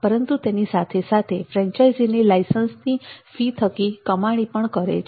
પરંતુ તેની સાથે સાથે ફ્રેન્ચાઇઝીની લાઇસન્સની ફી થકી કમાણી પણ કરે છે